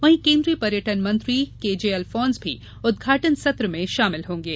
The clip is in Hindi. वहीं केन्द्रीय पर्यटन मंत्री केजे अलफोन्स भी उदघाटन सत्र में शामिल होंगे